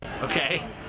Okay